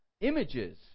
images